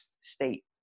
state